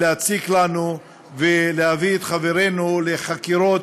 להציק לנו ולהביא את חברינו לחקירות,